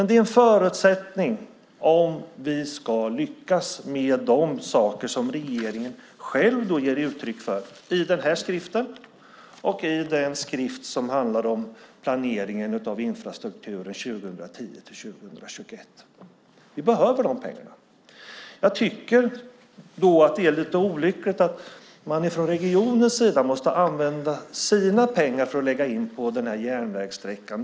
Det är en förutsättning för att vi ska lyckas med de saker som regeringen själv ger uttryck för i den här skriften och i den skrift som handlar om planeringen av infrastrukturen 2010-2021. Vi behöver de pengarna. Jag tycker att det är lite olyckligt att regionen måste använda sina pengar för att lägga på den här järnvägssträckan.